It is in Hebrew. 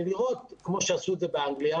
ולראות, כמו שעשו את זה באנגליה.